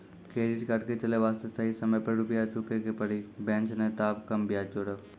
Credit card के चले वास्ते सही समय पर रुपिया चुके के पड़ी बेंच ने ताब कम ब्याज जोरब?